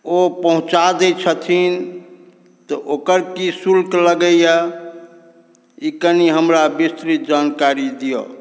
ओ पहुँचा दै छथिन तऽ ओकर की शुल्क लगैए ई कनि हमरा विस्तृत जानकारी दिअ